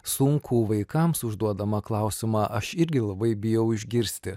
sunkų vaikams užduodamą klausimą aš irgi labai bijau išgirsti